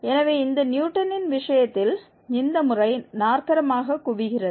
மேலும் இந்த நியூட்டனின் விஷயத்தில் இந்த முறை நாற்கரமாக குவிகிறது